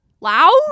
Loud